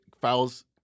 fouls